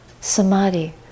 samadhi